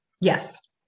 Yes